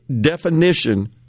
definition